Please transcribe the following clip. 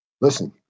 listen